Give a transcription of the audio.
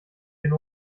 den